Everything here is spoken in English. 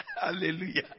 Hallelujah